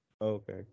Okay